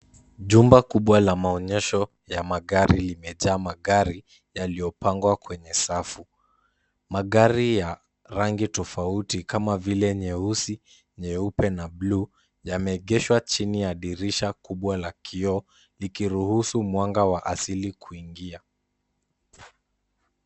Jumba kubwa la maonyesho ya magari limeja, magari yaliyopangwa kwenye safu. Magari ya rangi tofauti, kama vile nyeusi, nyeupe na bluu, yamegeshwa chini ya dirisha kubwa la kioo likiruhusu mwanga wa asili kuingia.